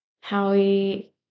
Howie